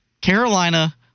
Carolina